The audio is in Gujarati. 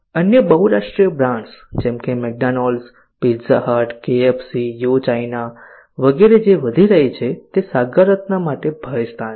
અન્ય બહુરાષ્ટ્રીય બ્રાન્ડ્સ જેમ કે McDonald's Pizza Hut KFC Yo China વગેરે જે વધી રહી છે તે સાગર રત્ન માટે ભય સ્થાન છે